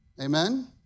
Amen